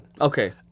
Okay